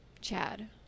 Chad